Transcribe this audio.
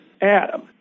Adam